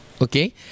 okay